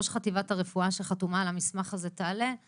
ראש חטיבת הרפואה שחתומה על המסמך הזה תעלה אז